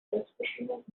selbstbestimmung